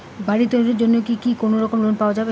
বাড়ি তৈরির জন্যে কি কোনোরকম লোন পাওয়া যাবে?